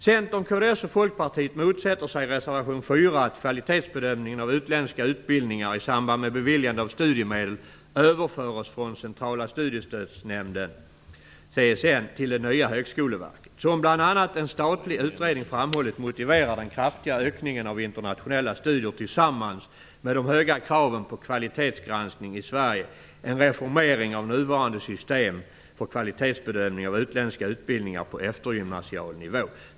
Centern, kds och Folkpartiet motsätter sig i reservation 4 att kvalitetsbedömningen av utländska utbildningar i samband med beviljande av studiemedel överförs från Centrala studiestödsnämnden till det nya högskoleverket. Som bl.a. en statlig utredning framhållit motiverar den kraftiga ökningen av internationella studier tillsammans med de höga kraven på kvalitetsgranskning i Sverige en reformering av nuvarande system för kvalitetsbedömning av utländska utbildningar på eftergymnasial nivå.